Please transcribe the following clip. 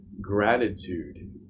Gratitude